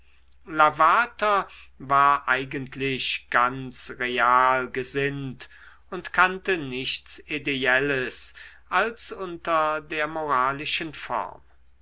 lavater war eigentlich ganz real gesinnt und kannte nichts ideelles als unter der moralischen form